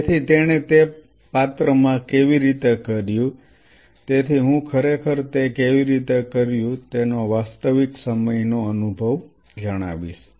તેથી તેણે તે પાત્ર માં કેવી રીતે કર્યું તેથી હું ખરેખર તે કેવી રીતે કર્યું તેનો વાસ્તવિક સમયનો અનુભવ જણાવીશ